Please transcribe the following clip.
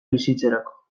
bizitzarako